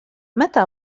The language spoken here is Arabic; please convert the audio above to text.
متى